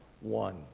one